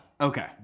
okay